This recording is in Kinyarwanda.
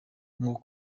ngo